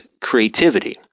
creativity